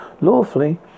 lawfully